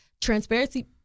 transparency